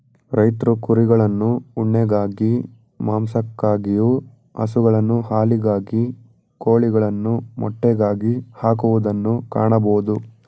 ರೈತ್ರು ಕುರಿಗಳನ್ನು ಉಣ್ಣೆಗಾಗಿ, ಮಾಂಸಕ್ಕಾಗಿಯು, ಹಸುಗಳನ್ನು ಹಾಲಿಗಾಗಿ, ಕೋಳಿಗಳನ್ನು ಮೊಟ್ಟೆಗಾಗಿ ಹಾಕುವುದನ್ನು ಕಾಣಬೋದು